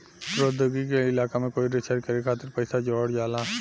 प्रौद्योगिकी के इलाका में कोई रिसर्च करे खातिर पइसा जोरल जाला